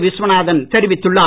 விஸ்வநாதன் தெரிவித்துள்ளார்